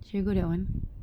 shall we go that [one]